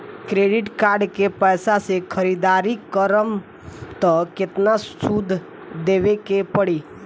Credit card के पैसा से ख़रीदारी करम त केतना सूद देवे के पड़ी?